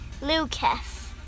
lucas